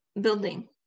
building